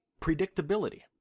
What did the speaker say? predictability